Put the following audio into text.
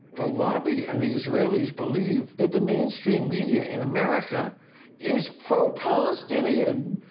the lobby and the israelis believe that the mainstream media in america is pro-palestinian!